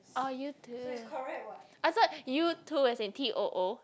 orh you too I thought you too as in t_o_O